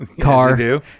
car